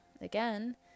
again